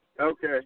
Okay